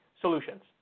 solutions